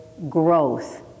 Growth